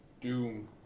Doom